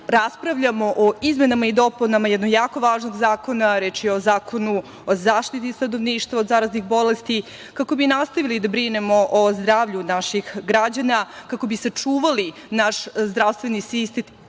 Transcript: raspravljamo o izmenama i dopunama jednog jako važnog zakona. Reč je o Zakonu o zaštiti stanovništva od zaraznih bolesti, kako bi nastavili da brinemo o zdravlju naših građana, kako bi sačuvali naš zdravstveni sistem